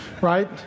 right